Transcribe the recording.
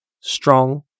strong